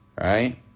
right